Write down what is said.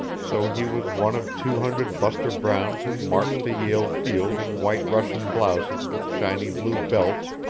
so he was one of two hundred buster browns who marched to yale field in white russian blouses with shiny blue belts,